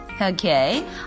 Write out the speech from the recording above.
Okay